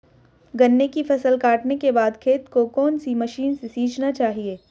गन्ने की फसल काटने के बाद खेत को कौन सी मशीन से सींचना चाहिये?